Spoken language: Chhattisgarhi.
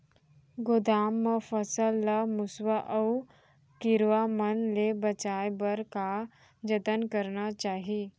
गोदाम मा फसल ला मुसवा अऊ कीरवा मन ले बचाये बर का जतन करना चाही?